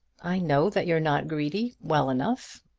i know that you're not greedy, well enough.